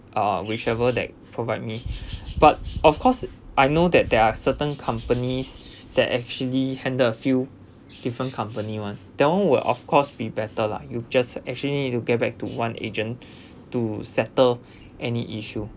uh whichever that provide me but of course I know that there are certain companies that actually handle a few different company one that one will of course be better lah you just actually need to get back to one agent to settle any issue